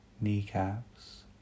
kneecaps